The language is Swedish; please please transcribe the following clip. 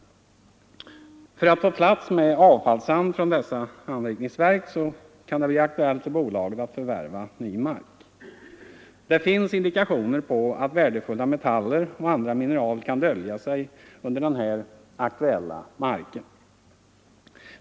För att få plats för avfallssand från detta anrikningsverk kan det bli aktuellt för bolaget att förvärva ny mark. Det finns indikationer på att värdefulla metaller och andra mineral kan dölja sig under den här aktuella marken.